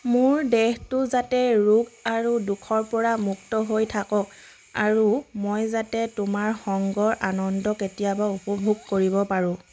মোৰ দেহটো যাতে ৰোগ আৰু দোষৰ পৰা মুক্ত হৈ থাকক আৰু মই যাতে তোমাৰ সংগৰ আনন্দ কেতিয়াবা উপভোগ কৰিব পাৰোঁ